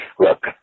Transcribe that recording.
Look